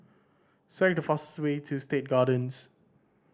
select the fastest way to State Gardens